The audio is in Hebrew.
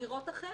נראים אחרת.